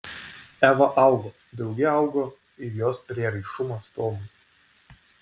eva augo drauge augo ir jos prieraišumas tomui